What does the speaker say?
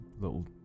Little